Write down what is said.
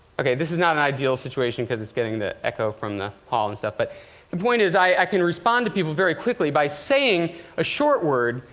ok, this is not an ideal situation, because it's getting the echo from the hall and stuff. but the point is, i can respond to people very quickly by saying a short word,